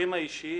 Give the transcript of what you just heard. אישיים